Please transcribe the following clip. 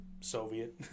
Soviet